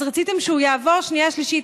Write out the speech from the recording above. אז רציתם שהוא יעבור בקריאה שנייה ושלישית.